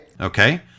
okay